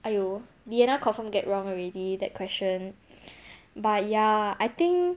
!aiyo! diyanah confirm get wrong already that question but ya I think